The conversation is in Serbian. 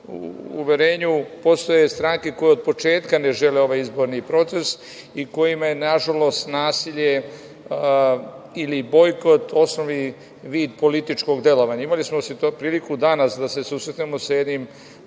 uverenju postoje stranke koje od početka ne žele ovaj izborni proces i kojima je nažalost nasilje ili bojkot osnovni vid političkog delovanja. Imali smo priliku danas da se susretnemo sa jednim